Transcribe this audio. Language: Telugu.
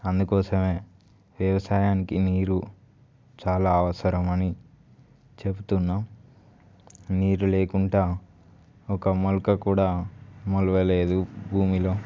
అందుకోసమే వ్యవసాయానికి నీరు చాలా అవసరం అని చెప్తున్నా నీరు లేకుండా ఒక మొలక కూడా మొలవలేదు భూమిలో